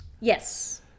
Yes